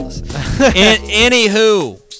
Anywho